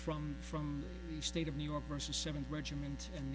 from from the state of new york versus seven regiment and